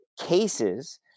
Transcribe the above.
Cases